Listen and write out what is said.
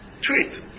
treat